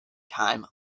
time